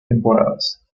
temporadas